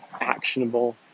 actionable